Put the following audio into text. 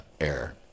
air